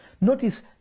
Notice